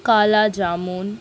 Kala jamun